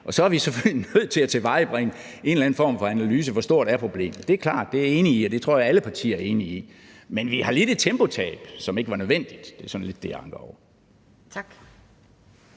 og så er vi selvfølgelig nødt til at tilvejebringe en eller anden analyse af, hvor stort problemet er. Det er klart. Det er jeg enig i, og det tror jeg alle partier er enige i. Men vi har lidt et tempotab, som ikke var nødvendigt. Det er sådan lidt det, jeg anker over. Kl.